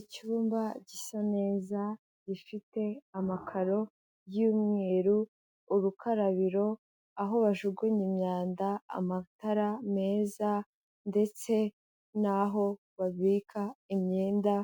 Icyumba gisa neza, gifite amakaro y'umweru, urukarabiro, aho bajugunya imyanda, amatara meza ndetse n'aho babika imyenda